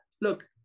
look